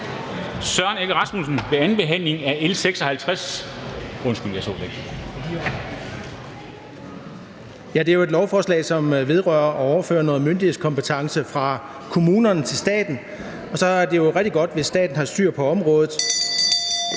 Søren Egge Rasmussen. Kl. 13:21 (Ordfører) Søren Egge Rasmussen (EL): Det er jo et lovforslag, som vedrører at overføre noget myndighedskompetence fra kommunerne til staten. Og så er det jo rigtig godt, hvis staten har styr på området